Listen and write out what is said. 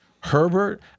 Herbert